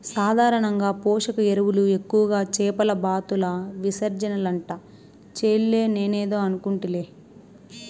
సాధారణంగా పోషక ఎరువులు ఎక్కువగా చేపల బాతుల విసర్జనలంట చెల్లే నేనేదో అనుకుంటిలే